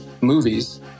movies